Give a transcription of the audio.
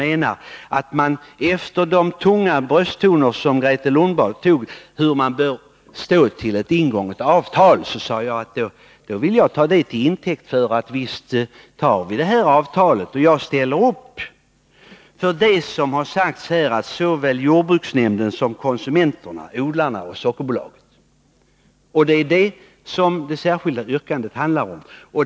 Efter de tunga brösttoner som Grethe Lundblad slog an när det gäller hur man bör förhålla sig till ett ingånget avtal sade jag att jag ville ta hennes ord till intäkt för att vi följer det här avtalet. Jag ställer upp för det som har sagts från såväl jordbruksnämnden som konsumenterna, odlarna och Sockerbolaget. Det är också detta det särskilda yrkandet handlar om.